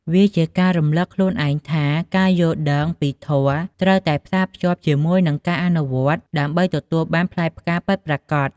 វាជាការរំលឹកខ្លួនឯងថា ការយល់ដឹងពីធម៌ត្រូវតែផ្សារភ្ជាប់ជាមួយនឹងការអនុវត្តដើម្បីទទួលបានផ្លែផ្កាពិតប្រាកដ។